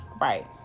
Right